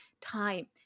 time